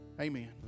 Amen